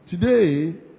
Today